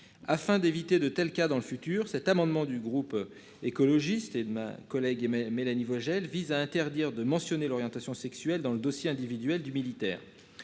afin d'éviter de tels cas dans le futur. Cet amendement du groupe écologiste et de ma collègue mais Mélanie Vogel, vise à interdire de mentionner l'orientation sexuelle dans le dossier individuel du militaire.